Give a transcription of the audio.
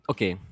Okay